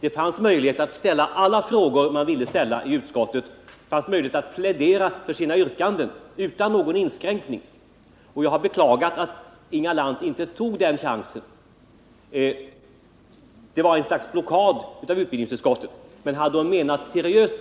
Det finns möjlighet att ställa de frågor man vill ställa i utskottet, och det finns möjlighet att plädera för sina yrkanden utan någon inskränkning. Jag har beklagat att Inga Lantz inte tog den chansen. Det var ett slags blockad av utbildningsutskottet. Men hade Inga Lantz